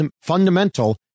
fundamental